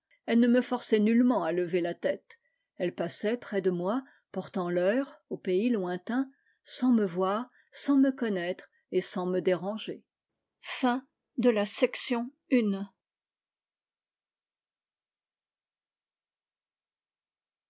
elles ne me forçaient nullement à lever la tête elles passaient près de moi portant l'heure aux pays lointains sans me voir sans me connaître et sans me déranger